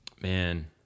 Man